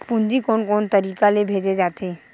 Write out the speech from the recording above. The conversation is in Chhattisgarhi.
पूंजी कोन कोन तरीका ले भेजे जाथे?